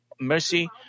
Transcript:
mercy